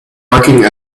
working